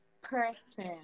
person